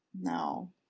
No